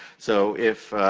so, if